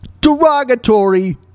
derogatory